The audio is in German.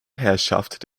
herrschaft